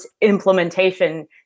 implementation